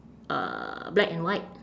uh black and white